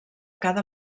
cada